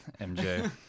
MJ